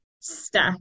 step